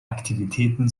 aktivitäten